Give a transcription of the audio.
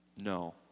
No